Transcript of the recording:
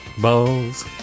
Balls